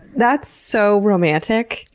that's so romantic!